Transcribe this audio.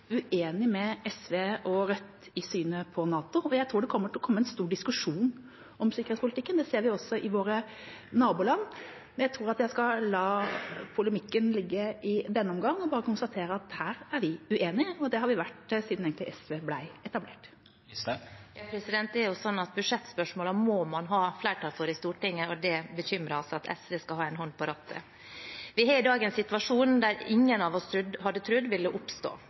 tror det kommer til å komme en stor diskusjon om sikkerhetspolitikken. Det ser vi også i våre naboland. Men jeg tror at jeg skal la polemikken ligge i denne omgang og bare konstatere at her er vi uenige, og det har vi egentlig vært siden SV ble etablert. Sylvi Listhaug – til oppfølgingsspørsmål. Det er jo slik at budsjettspørsmålene må man ha flertall for i Stortinget, og det bekymrer oss at SV skal ha en hånd på rattet. Vi har i dag en situasjon som ingen av oss hadde trodd ville oppstå.